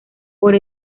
por